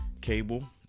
cable